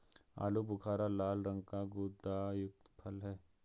आलू बुखारा लाल रंग का गुदायुक्त फल है